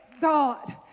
God